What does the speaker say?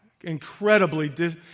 incredibly